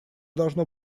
должно